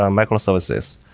um microservices.